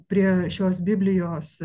prie šios biblijos